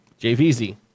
JVZ